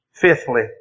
Fifthly